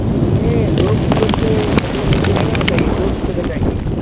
सुनिए दो किलो से मतलब नीचे नहीं रहना चाहिए दो किलो का चाहिए